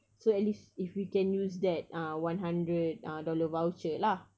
so at least if we can use that uh one hundred uh dollar voucher lah